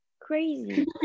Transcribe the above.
crazy